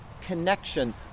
connection